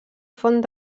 font